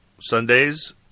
Sundays